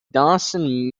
dawson